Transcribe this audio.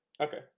Okay